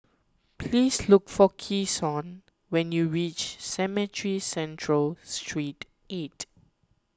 please look for Keshawn when you reach Cemetry Central Sreet eight